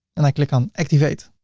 and i click on activate.